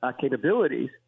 capabilities